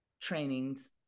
trainings